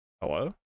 Hello